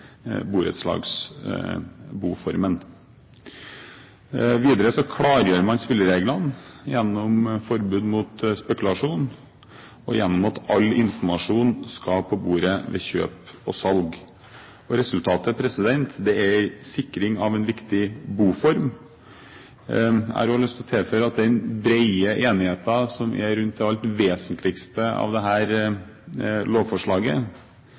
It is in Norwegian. borettslagsboformen. Videre klargjør man spillereglene gjennom forbud mot spekulasjon og gjennom at all informasjon skal på bordet ved kjøp og salg. Resultatet er sikring av en viktig boform. Jeg har også lyst til å tilføye at den brede enigheten som er rundt det alt vesentligste av dette lovforslaget, borger for bred oppslutning. Poenget mitt er at det